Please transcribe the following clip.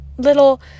little